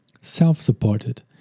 Self-supported